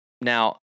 now